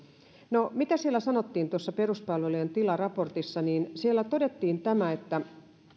no mitä tuossa peruspalvelujen tila raportissa sanottiin siellä todettiin tämä että